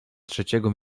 trzeciego